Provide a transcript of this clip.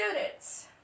students